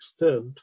extent